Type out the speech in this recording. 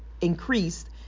increased